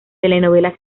telenovelas